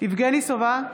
יבגני סובה,